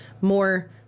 more